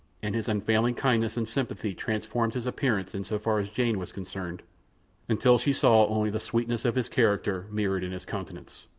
and his unfailing kindliness and sympathy transformed his appearance in so far as jane was concerned until she saw only the sweetness of his character mirrored in his countenance.